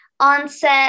onset